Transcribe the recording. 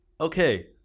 Okay